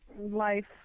Life